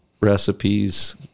recipes